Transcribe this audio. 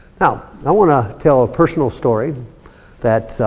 now, i wanna tell a personal story that